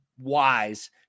wise